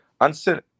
answer